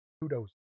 Kudos